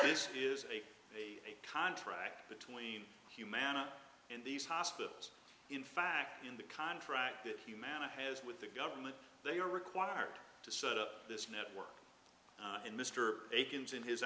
this is a a contract between humana and these hospitals in fact in the contract that humana has with the government they are required to set up this network in mr akin's in his